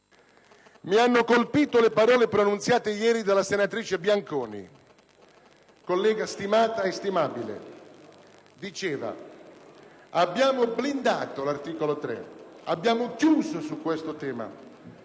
Mi hanno colpito le parole pronunciate ieri dalla senatrice Bianconi, collega stimata e stimabile, la quale diceva: «Abbiamo blindato l'articolo 3, abbiamo chiuso su questo tema»,